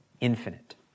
infinite